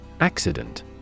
Accident